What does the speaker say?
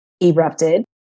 erupted